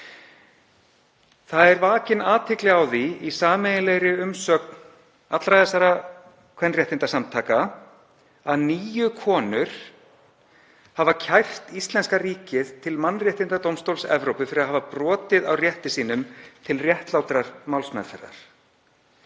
Vakin er athygli á því í sameiginlegri umsögn allra þessara kvenréttindasamtaka að níu konur hafa kært íslenska ríkið til Mannréttindadómstóls Evrópu fyrir að hafa brotið á rétti sínum til réttlátrar málsmeðferðar.